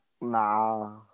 Nah